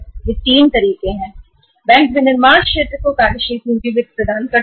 यह 3 तरीके है जिससे बैंक उत्पादन क्षेत्रों को कार्यशील पूँजी वित्त प्रदान करते हैं